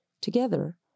Together